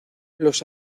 los